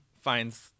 finds